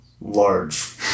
large